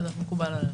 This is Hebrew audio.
מקובל.